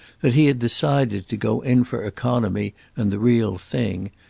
that he had decided to go in for economy and the real thing,